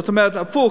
זאת אומרת הפוך,